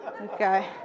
Okay